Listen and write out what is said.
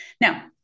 Now